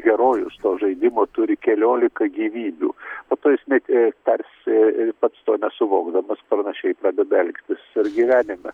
herojus o žaidimo turi keliolika gyvybių po to jis net a tarsi pats to nesuvokdamas panašiai pradeda elgtis ir gyvenime